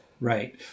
Right